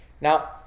Now